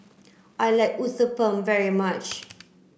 I like Uthapam very much